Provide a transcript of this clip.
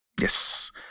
Yes